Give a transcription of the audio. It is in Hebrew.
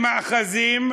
למאחזים.